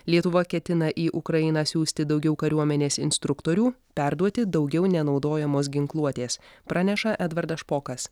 lietuva ketina į ukrainą siųsti daugiau kariuomenės instruktorių perduoti daugiau nenaudojamos ginkluotės praneša edvardas špokas